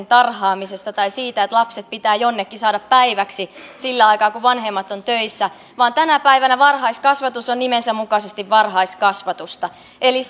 tarhaamisesta tai siitä että lapset pitää jonnekin saada päiväksi sillä aikaa kun vanhemmat ovat töissä vaan tänä päivänä varhaiskasvatus on nimensä mukaisesti varhaiskasvatusta eli